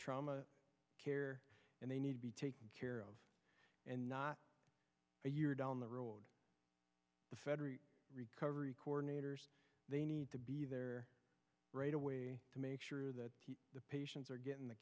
trauma care and they need to be taken care of and not a year down the road the federal recovery coordinators they need to be there right away to make sure that the patients are getting the